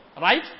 Right